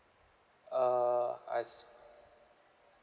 uh I s~